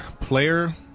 player